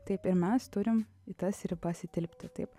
taip ir mes turim į tas ribas įtilpti taip